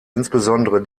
insbesondere